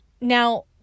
Now